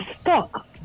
stuck